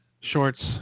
shorts